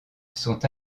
sont